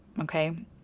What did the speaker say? okay